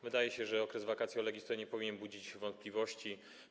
Wydaje się, że okres vacatio legis tutaj nie powinien budzić wątpliwości.